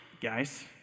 Guys